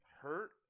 hurt